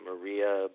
Maria